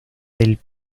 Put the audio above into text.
del